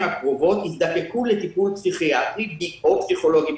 הקרובות יזדקקו לטיפול פסיכיאטרי או פסיכולוגי.